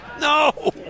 No